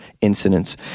incidents